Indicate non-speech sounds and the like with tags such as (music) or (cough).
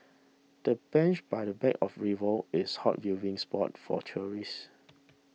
the bench by the bank of river is a hot viewing spot for tourists (noise)